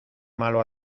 malo